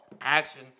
action